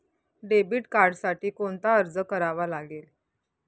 Debit कार्डसाठी कोणता अर्ज करावा लागेल?